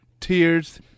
tears